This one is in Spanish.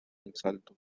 asalto